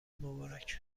مبارک